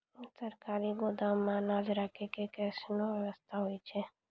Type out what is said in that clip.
सरकारी गोदाम मे अनाज राखै के कैसनौ वयवस्था होय छै?